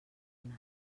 una